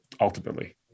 ultimately